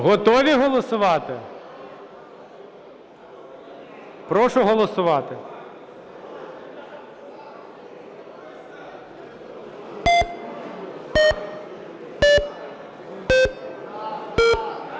Готові голосувати? Прошу голосувати.